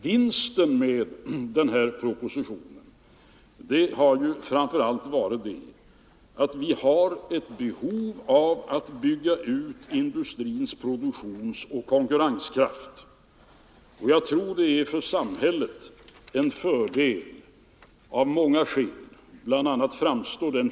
Motivet för den här propositionen har ju framför allt varit att tillgodose vårt behov av att bygga ut industrins produktionsoch konkurrenskraft. Jag tror att det av många skäl är till stor fördel för samhället om vi kan göra det.